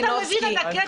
אתה מבין את הקטע?